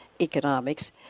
economics